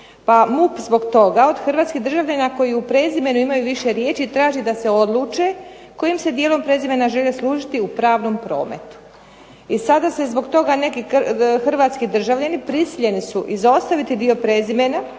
Pa MUP zbog tog od hrvatskih državljana koji u prezimenu imaju više riječi traži da se odluče kojim se dijelom prezimena žele služiti u pravnom prometu. I sada se zbog toga neki hrvatski državljani prisiljeni su izostaviti dio prezimena